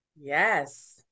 yes